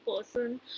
person